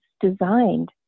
designed